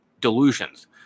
Delusions